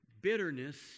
bitterness